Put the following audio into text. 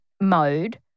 mode